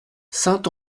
saint